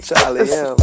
Charlie